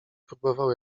próbował